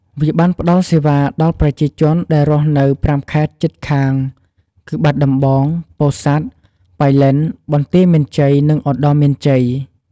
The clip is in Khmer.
វាបានផ្ដល់សេវាដល់ប្រជាជនដែលរស់នៅ៥ខេត្តជិតខាងគឺ បាត់ដំបង ពោធិ៍សាត់ ប៉ៃលិន បន្ទាយមានជ័យ និង ឧត្តរមានជ័យ។